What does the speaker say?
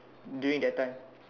during that time